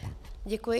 Děkuji.